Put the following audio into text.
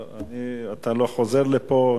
אתה לא חוזר לפה.